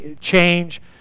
change